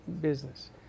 business